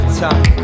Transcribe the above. time